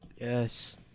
yes